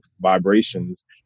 vibrations